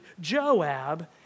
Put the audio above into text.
Joab